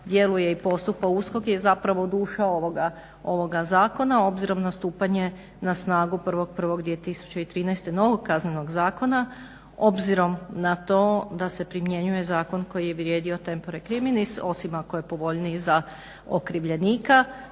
djeluje i postupa USKOK je zapravo duša ovoga zakona obzirom na stupanje na snagu 1.1.2013. novog KZ-a. Obzirom na to da se primjenjuje zakon koji je vrijedio tempore criminis osim ako je povoljniji za okrivljenika,